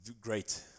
great